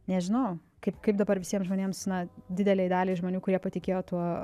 nežinau kaip kaip dabar visiem žmonėms na didelei daliai žmonių kurie patikėjo tuo